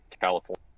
California